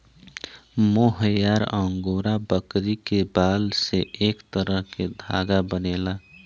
मोहयार angora बकरी के बाल से एक तरह के धागा बनेला